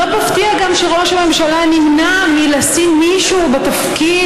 לא מפתיע גם שראש הממשלה נמנע מלשים מישהו בתפקיד